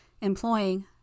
employing